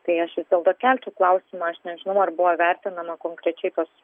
tai aš vis dėlto kelčiau klausimą aš nežinau ar buvo vertinama konkrečiai